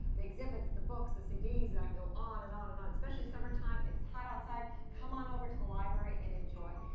the exhibits, the books, the cds, and i can go on and on. and especially summertime, it's hot outside, come on over to the library and enjoy.